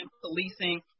policing